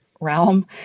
realm